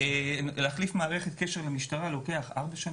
להחליף מערכת קשר למשטרה לוקח 4,